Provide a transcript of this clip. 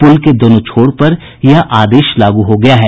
पुल के दोनों छोर पर यह आदेश लागू हो गया है